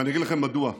ואני אגיד לכם מדוע: